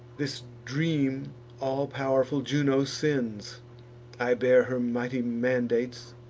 this dream all-pow'rful juno sends i bear her mighty mandates,